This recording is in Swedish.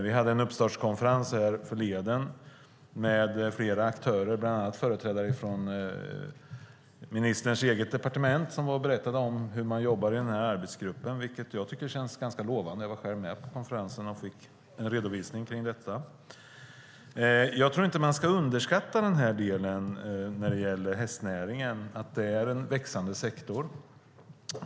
Vi hade en uppstartskonferens härförleden med flera aktörer, bland andra företrädare för ministerns eget departement som berättade om hur man jobbar i arbetsgruppen. Jag tycker att det känns ganska lovande. Jag var själv med på konferensen och fick en redovisning av detta. Jag tror inte att man ska underskatta hästnäringen. Det är en växande sektor.